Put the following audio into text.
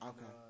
Okay